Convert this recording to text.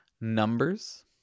Numbers